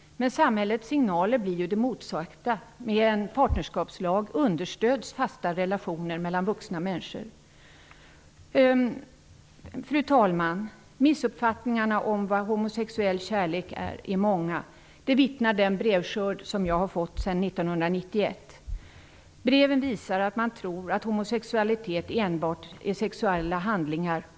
Men samhällets signaler visar ju på det motsatta. Med en partnerskapslag understöds fasta relationer mellan vuxna människor. Fru talman! Det finns många missuppfattningar om vad homosexuell kärlek är. Det vittnar den brevskörd som jag har fått sedan 1991 om. Breven visar att man tror att homosexualitet enbart handlar om sexuella handlingar.